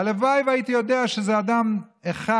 הלוואי שהייתי יודע שזה אדם אחד,